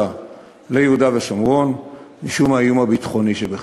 ליהודה ושומרון משום האיום הביטחוני שבכך.